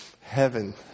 heaven